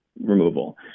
removal